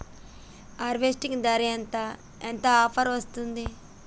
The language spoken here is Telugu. హార్వెస్టర్ ధర ఎంత ఎంత ఆఫర్ వస్తుంది?